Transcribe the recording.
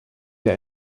der